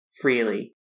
freely